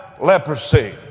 leprosy